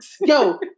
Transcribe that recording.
Yo